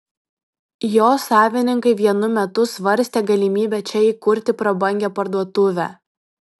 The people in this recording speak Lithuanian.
jo savininkai vienu metu svarstė galimybę čia įkurti prabangią parduotuvę